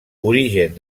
origen